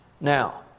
Now